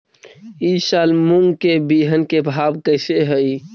ई साल मूंग के बिहन के भाव कैसे हई?